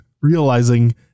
realizing